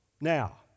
Now